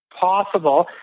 possible